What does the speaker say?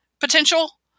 potential